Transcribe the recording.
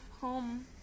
home